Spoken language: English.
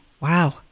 wow